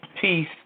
peace